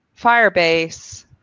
Firebase